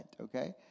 Okay